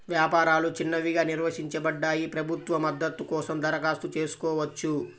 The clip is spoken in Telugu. వ్యాపారాలు చిన్నవిగా నిర్వచించబడ్డాయి, ప్రభుత్వ మద్దతు కోసం దరఖాస్తు చేసుకోవచ్చు